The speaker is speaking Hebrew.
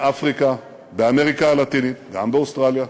באפריקה, באמריקה הלטינית, גם באוסטרליה,